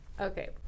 Okay